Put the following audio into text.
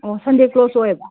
ꯑꯣ ꯁꯟꯗꯦ ꯀ꯭ꯂꯣꯖ ꯑꯣꯏꯑꯕ